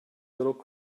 little